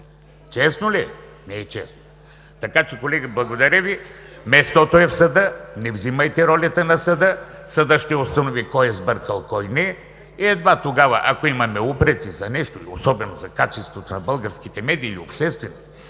Честно ли е? Не е честно! Така че, колеги, благодаря Ви. Мястото е в съда. Не взимайте ролята на съда. Съдът ще установи кой е сбъркал, кой не, и едва тогава, ако има упреци за нещо, особено за качеството на българските медии или обществените